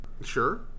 sure